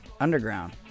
Underground